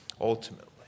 ultimately